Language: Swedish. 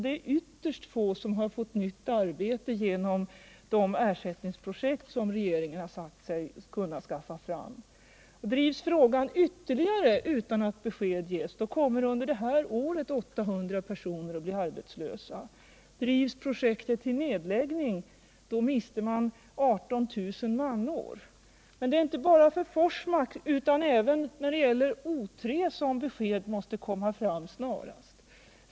Det är ytterst få av dessa som har fått nytt arbete genom de ersättningsprojekt som regeringen sagt sig kunna skaffa fram. Drivs frågan ytterligare utan att besked ges kommer under detta år ytterligare 800 personer att bli arbetslösa. Drivs projektet med nedläggning mister man 18 000 manår. Det är inte bara för Forsmark utan även för O 3 som besked måste komma fram snarast.